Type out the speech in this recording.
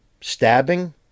Stabbing